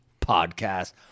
podcast